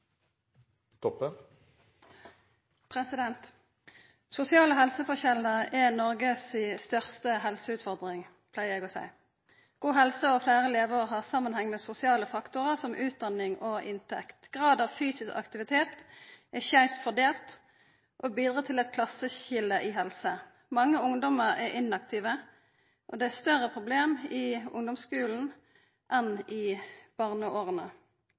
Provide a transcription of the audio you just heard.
sosiale og helsemessige forskjellane er Noreg si største helseutfordring, pleier eg å seia. God helse og fleire leveår har samanheng med sosiale faktorar som utdanning og inntekt. Grad av fysisk aktivitet er skeivt fordelt og bidreg til klasseskilje når det gjeld helse. Mange ungdommar er inaktive – og det er eit større problem i ungdomsskulen enn i